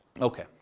Okay